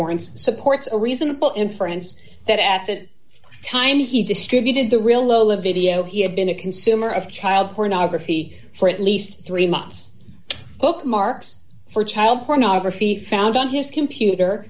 warrants supports a reasonable inference that at that time he distributed the real low live video he had been a consumer of child pornography for at least three months bookmarks for child pornography found on his computer